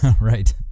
Right